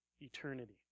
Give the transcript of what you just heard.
eternity